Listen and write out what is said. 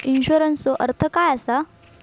इन्शुरन्सचो अर्थ काय असा?